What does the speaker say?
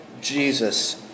Jesus